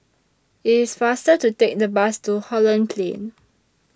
IT IS faster to Take The Bus to Holland Plain